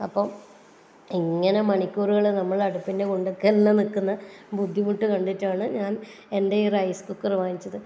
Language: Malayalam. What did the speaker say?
അപ്പം എങ്ങനെ മണിക്കൂറുകൾ നമ്മൾ അടുപ്പിൻ്റെ മുന്നിക്ക തന്നെ നിൽക്കുന്ന ബുദ്ധിമുട്ട് കണ്ടിട്ടാണ് ഞാൻ എൻ്റെ ഈ റൈസ് കുക്കർ വാങ്ങിച്ചത്